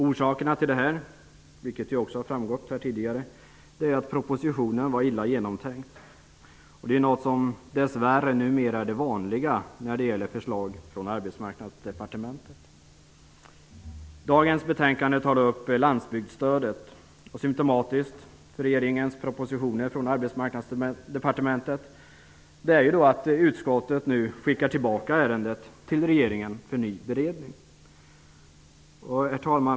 Orsaken till det är att propositionen var illa genomtänkt, som också har framgått här tidigare. Det är numera dessvärre det vanliga när det gäller förslag från Arbetsmarknadsdepartementet. I dagens betänkande tas landsbygdsstödet upp. Symtomatiskt för regeringens propositioner från Arbetsmarknadsdepartementet är att utskottet nu skickar tillbaka ärendet till regeringen, för ny beredning.